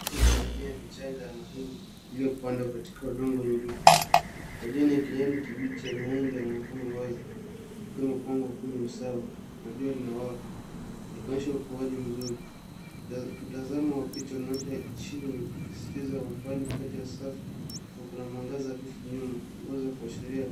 Safu za mimea michanga ya mahindi iliyopandwa katika udongo wenye rutuba. Majani ya kijani kibichi ya mahindi yanaonekana wazi yakiwa yamepangwa kwenye usawa na jua linawaka likionyesha ukuaji mzuri. Mtazamo wa picha unaonyesha chini yakisisitiza umbali kati ya safu na kuna mwangaza hafifu nyuma inayoweza kuashiria